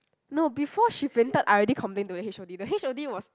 no before she fainted I already complain to the H_O_D the H_O_D was